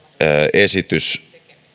esitys